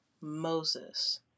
Moses